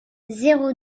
zéro